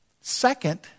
Second